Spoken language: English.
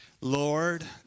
Lord